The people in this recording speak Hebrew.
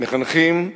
מחנכים,